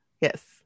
yes